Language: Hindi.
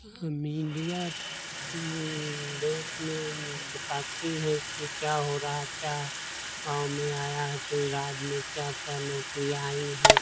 हम इंडिया तो वो देश में बताती है कि क्या हो रहा क्या गाँव में आया है कोई राज्य में क्या क्या नौकरियाँ आई हैं